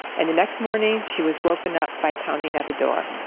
and the next morning she was woken up by pounding at the door.